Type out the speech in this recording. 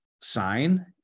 sign